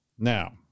Now